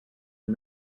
and